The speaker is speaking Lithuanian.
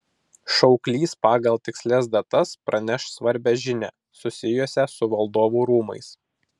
šauklys pagal tikslias datas praneš svarbią žinią susijusią su valdovų rūmais